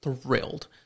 Thrilled